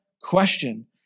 question